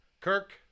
Kirk